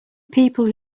people